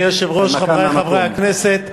אדוני היושב-ראש, חברי חברי הכנסת,